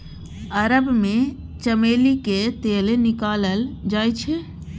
अरब मे चमेली केर तेल निकालल जाइ छै